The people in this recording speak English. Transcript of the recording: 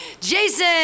Jason